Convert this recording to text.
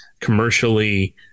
commercially